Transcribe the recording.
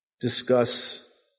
discuss